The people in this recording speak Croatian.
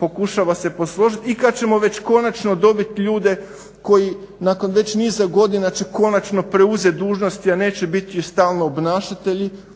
pokušava se posložit i kad ćemo već konačno dobit ljude koji nakon već niza godina će konačno preuzet dužnosti, a neće biti stalno obnašatelji